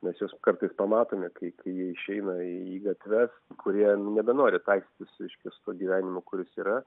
mes juos kartais pamatome kai kai jie išeina į gatves kurie nu nebenori taikstytis reiškia su tuo gyvenimu kuris yra